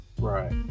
Right